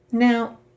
Now